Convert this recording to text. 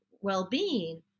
well-being